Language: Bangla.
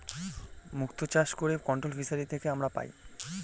মুক্ত চাষ করে কন্ট্রোলড ফিসারী থেকে আমরা পাই